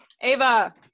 Ava